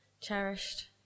cherished